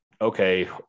Okay